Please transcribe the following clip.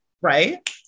Right